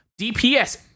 DPS